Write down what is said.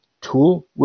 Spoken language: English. tool